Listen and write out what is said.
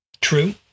True